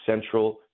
central